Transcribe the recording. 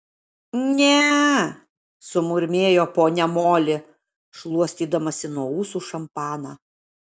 ne sumurmėjo ponia moli šluostydamasi nuo ūsų šampaną